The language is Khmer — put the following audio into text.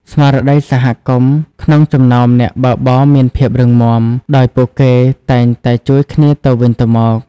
ស្មារតីសហគមន៍ក្នុងចំណោមអ្នកបើកបរមានភាពរឹងមាំ ដោយពួកគេតែងតែជួយគ្នាទៅវិញទៅមក។